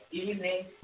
evening